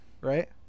Right